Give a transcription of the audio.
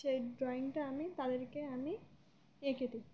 সেই ড্রয়িংটা আমি তাদেরকে আমি এঁকে দিই